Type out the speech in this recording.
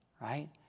right